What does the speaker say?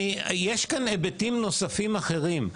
יש כאן היבטים נוספים אחרים: